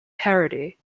parody